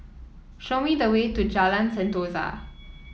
show me the way to Jalan Sentosa